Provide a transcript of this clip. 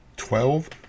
twelve